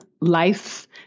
life